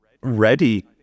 ready